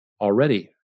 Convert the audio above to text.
already